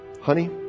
Honey